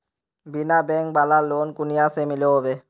बिना बैंक वाला लोन कुनियाँ से मिलोहो होबे?